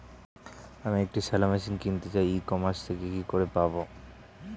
আমি একটি shallow machine কিনতে চাই ই কমার্স থেকে কি করে পাবো?